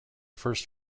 first